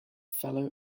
fellow